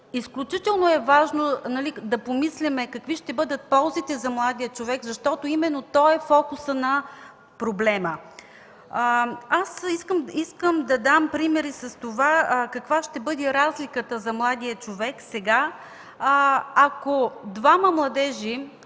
Изключително важно е да помислим какви ще бъдат ползите за младия човек, защото именно той е фокусът на проблема. Аз искам да дам пример с това каква ще бъде разликата за младия човек, ако сега двама младежи